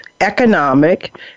economic